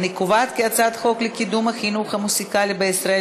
אני קובעת כי הצעת חוק לקידום החינוך המוזיקלי בישראל,